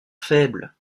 faibles